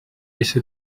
ese